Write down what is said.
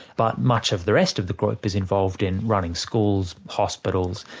but much of the rest of the group is involved in running schools, hospitals,